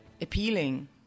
appealing